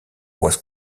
was